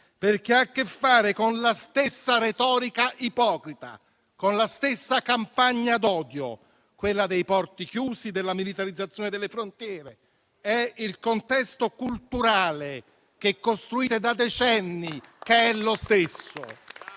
perché ha a che fare con la stessa retorica ipocrita e con la stessa campagna d'odio, quella dei porti chiusi e della militarizzazione delle frontiere. È il contesto culturale che costruite da decenni a essere lo stesso.